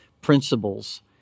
principles